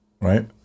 right